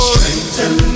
Strengthen